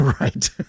Right